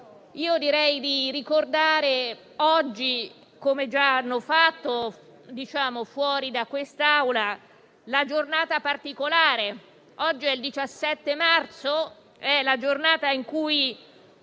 Direi di ricordare oggi - come già hanno fatto fuori da quest'Aula - la giornata particolare: è il 17 marzo, la giornata in cui